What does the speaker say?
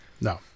No